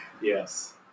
Yes